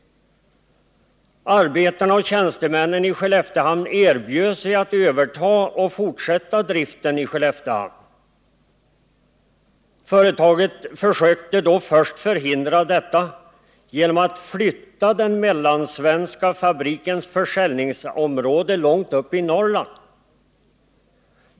Arbetarna och tjänstemännen i Skelleftehamn erbjöd sig att överta och fortsätta driften i Skelleftehamn. Företaget försökte då först förhindra detta genom att flytta den mellansvenska fabrikens försäljningsområde långt upp i Norrland.